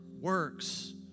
works